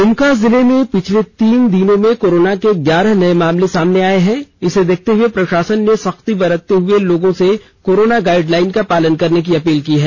दुमका जिले में पिछले तीन दिनों में कोरोना के ग्यारह नये मामले सामने आये हैं इसे देखते हुए प्रशासन ने सख्ती बरतते हुए लोगों से कोरोना गाइडलाइन का पालन करने की अपील की है